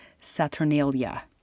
Saturnalia